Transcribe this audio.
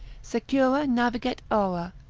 secura naviget aura,